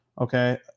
Okay